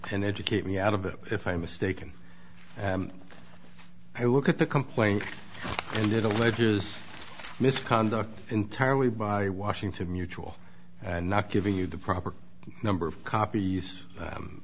and educate me out of it if i am mistaken i look at the complaint and it alleges misconduct entirely by washington mutual and not giving you the proper number of copies